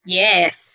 yes